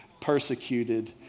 persecuted